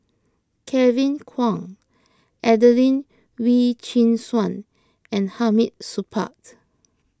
Kevin Kwan Adelene Wee Chin Suan and Hamid Supaat